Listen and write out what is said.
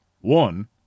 One